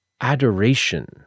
adoration